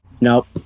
nope